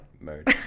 mode